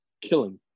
killing